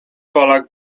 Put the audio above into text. polak